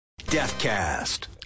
DeathCast